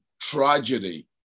tragedy